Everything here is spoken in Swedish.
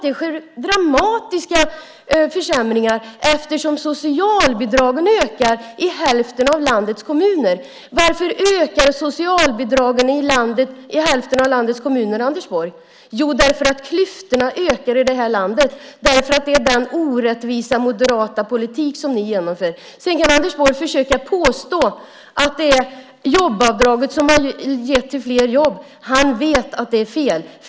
Det sker dramatiska försämringar eftersom socialbidragen ökar i hälften av landets kommuner. Varför ökar socialbidragen i hälften av landets kommuner, Anders Borg? Jo, därför att klyftorna ökar i det här landet. Det är den orättvisa moderata politik som ni genomför. Sedan kan Anders Borg försöka påstå att det är jobbavdraget som har lett till fler jobb. Han vet att det är fel.